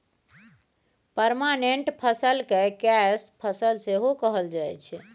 permanent फसल केँ कैस फसल सेहो कहल जाइ छै